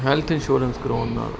health insurance ਕਰਾਉਣ ਨਾਲ